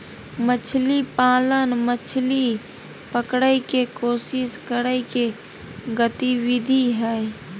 मछली पालन, मछली पकड़य के कोशिश करय के गतिविधि हइ